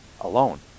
alone